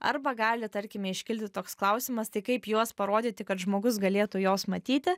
arba gali tarkime iškilti toks klausimas tai kaip juos parodyti kad žmogus galėtų juos matyti